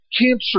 cancer